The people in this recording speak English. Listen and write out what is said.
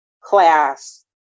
class